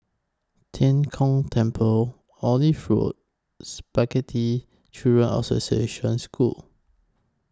Tian Kong Temple Olive Road Spastic Children's Association School